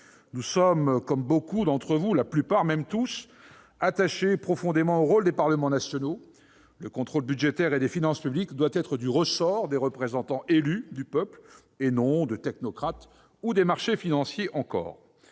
européen. Comme beaucoup d'entre vous- la plupart, voire tous -, nous sommes profondément attachés au rôle des parlements nationaux. Le contrôle budgétaire et des finances publiques doit être du ressort des représentants élus du peuple, non de technocrates ou des marchés financiers.